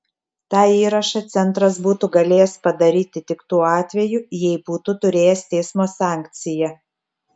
tą įrašą centras būtų galėjęs padaryti tik tuo atveju jei būtų turėjęs teismo sankciją